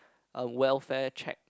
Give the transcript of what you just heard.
a welfare check